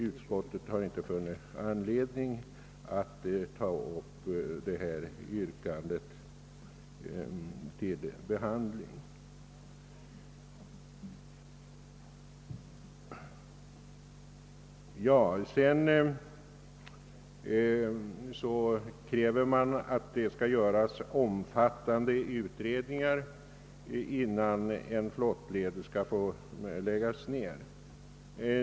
Utskottet har inte funnit anledning att ta upp detta yrkande till behandling. Vidare kräver reservanten att det skall göras omfattande utredningar innan en flottled får läggas ned.